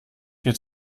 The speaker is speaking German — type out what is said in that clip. dir